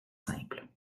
simple